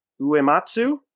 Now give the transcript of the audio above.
Uematsu